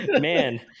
man